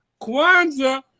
Kwanzaa